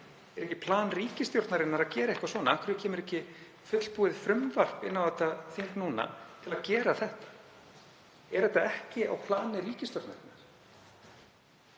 Er ekki plan ríkisstjórnarinnar að gera eitthvað svona? Af hverju kemur ekki fullbúið frumvarp inn á þetta þing núna til að gera þetta? Er þetta ekki á plani ríkisstjórnarinnar?